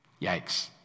Yikes